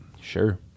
Sure